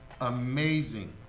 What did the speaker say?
amazing